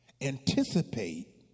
anticipate